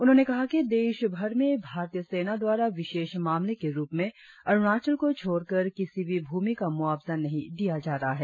उन्होंने कहा कि देशभर में भारतीय सेना द्वारा विशेष मामले के रुप में अरुणाचल को छोड़कर किसी भी भ्रमि का मुआवजा नहीं दिया जा रहा है